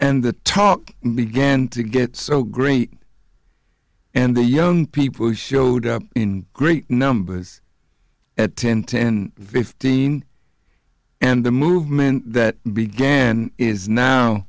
and the talk began to get so great and the young people who showed up in great numbers at ten ten fifteen and the movement that began is now